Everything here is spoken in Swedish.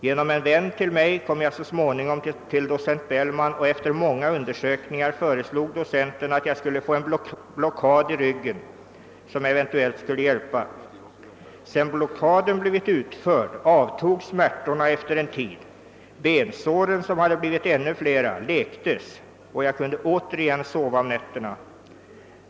Genom en vän till mig kom jag så småningom till Docent Bellman och efter många undersökningar föreslog docenten att jag skulle få en blockad i ryggen som eventuellt skulle hjälpa. Sedan blockaden blivit utförd avtog smärtorna efter en tid, bensåren, som hade blivit ännu flera, läktes och jag kunde åter igen sova om nätterna.